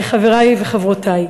חברי וחברותי,